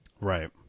Right